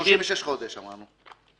36 חודשים אמרנו.